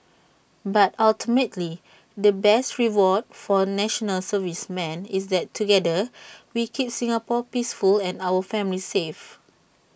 but ultimately the best reward for National Servicemen is that together we keep Singapore peaceful and our families safe